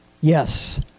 yes